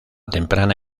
temprana